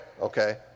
Okay